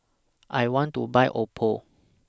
I want to Buy Oppo